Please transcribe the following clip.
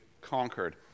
conquered